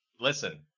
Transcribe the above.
listen